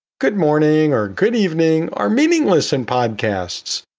good morning or good evening are meaningless in podcasts,